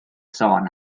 sôn